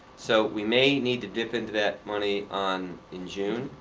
so we may need to dip into that money on in june.